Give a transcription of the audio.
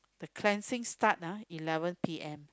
the cleansing start ah eleven P_M